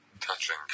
Touching